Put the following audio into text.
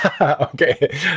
Okay